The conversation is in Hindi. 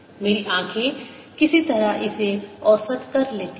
मेरी आँखें किसी तरह इसे औसत करती हैं